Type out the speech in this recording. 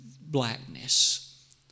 blackness